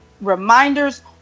reminders